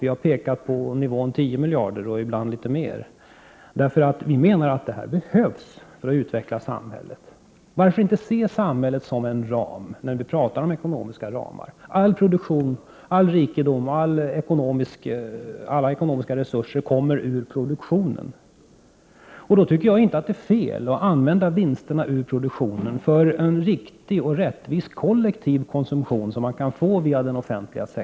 Vi har pekat på nivån 10 miljarder och ibland litet mer, för vi menar att det behövs för att utveckla samhället. Varför inte se samhället som en ram när vi talar om ekonomiska ramar? All produktion, all rikedom och alla ekonomiska resurser kommer ur produktionen, och då tycker jag inte att det är fel att använda vinsterna ur produktionen för en riktig och rättvis kollektiv konsumtion, som man kan få via den offentliga sektorn.